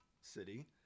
City